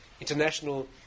international